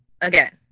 Again